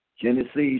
Genesis